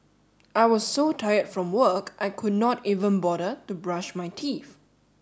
I was so tired from work I could not even bother to brush my teeth